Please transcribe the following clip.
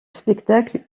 spectacle